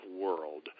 world